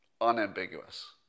unambiguous